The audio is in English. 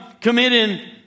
committing